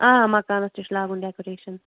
آ مکانَس تہِ چھِ لاگُن ڈٮ۪کُریشَن